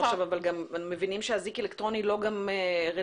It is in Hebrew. אנחנו מבינים שאזיק אלקטרוני לא רלוונטי